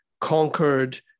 conquered